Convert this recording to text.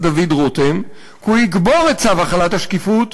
דוד רותם כי הוא יקבור את צו החלת השקיפות,